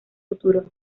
futuro